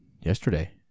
yesterday